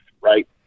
right